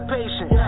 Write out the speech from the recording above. patient